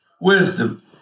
wisdom